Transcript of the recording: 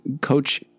coach